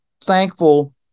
thankful